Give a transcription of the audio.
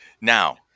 Now